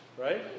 Right